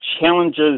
challenges